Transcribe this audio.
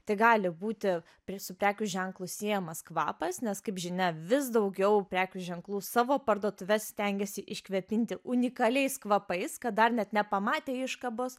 tai gali būti prie su prekių ženklu siejamas kvapas nes kaip žinia vis daugiau prekių ženklų savo parduotuves stengiasi iškvėpinti unikaliais kvapais kad dar net nepamatę iškabos